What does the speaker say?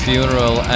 Funeral